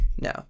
no